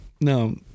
no